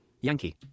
Yankee